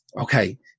okay